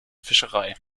fischerei